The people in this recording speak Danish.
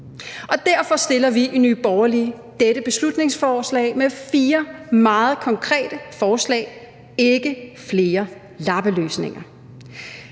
Derfor har vi i Nye Borgerlige fremsat dette beslutningsforslag med fire meget konkrete forslag – ikke flere lappeløsninger!